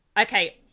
Okay